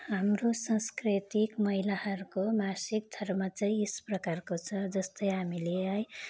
हाम्रो सांस्कृतिक महिलाहरूको मासिक धर्म चाहिँ यस प्रकारको छ जस्तै हामीले है